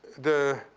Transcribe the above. the